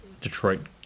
Detroit